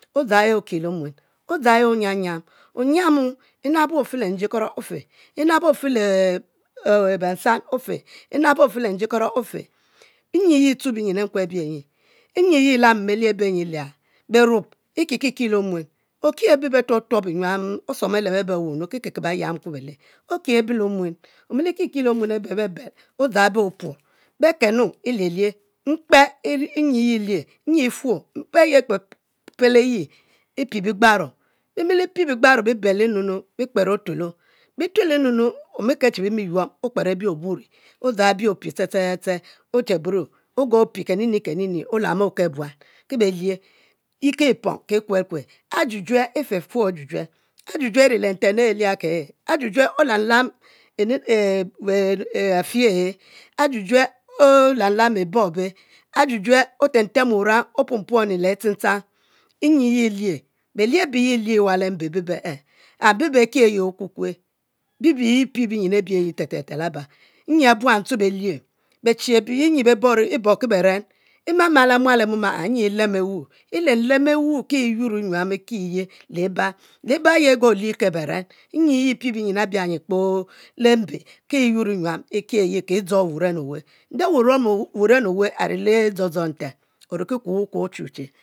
Odzang e okie le omuen, odzang he oyiam yiam, oyiamu e'nabue ofe le njikoro ofe le nabue ofe le bensan ofe nyi ye e'tye binyin enkue abie nyi, nyi ye lamo belue abenyi e'lia beruob e'kikikie le omuen, betuobo nyuam osuong beleb abe owumi kike kebe yiamkue bele, okiehe le omuen, omilikike bebebel odzang be opuor, bekenu, elielie mkpe nyi lie nyi e'tuo e'ye pelpel eyi e'pie bigburo, e'milipie bigbaro bibel nunu bikper ofuelo omilikel che bemi yuom okper ebi oburi odzang bie ofie ste ste ste oburo oguo pie kenini kenini olamo oke buan, ki be lie kipong ki kuel kue, ajujue e'fufu ajujue, ajujue e'ri le ntem e'lia ki e’ ajujue olam lam e e e afi ahe, ajujue olam lam bibo e'be, ajujue otem tem wurang opunpuni le atinchang nyibye lie belie ave yi lie wah le mbe be be eh and be beh ke yi okukue yi ye pie binyin abie nyi te te te labi nyi ebuan tue belie, bechi ebeyi e'bon ki beren, e'mama le mual e'mom a’ a nyi e'lemo wu e'lem lem e'wu ki yur e'yuam le wuye, li baye eguo lie e'ka bererem nyi ye e'pie kpo le mbe, ki yur nyuam ki dzo wuren oweh nde wuren eweh ari ki dzo dzo nten oriki kuo e'kuo ochu che.